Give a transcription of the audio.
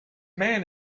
man